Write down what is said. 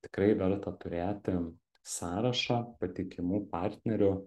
tikrai verta turėti sąrašą patikimų partnerių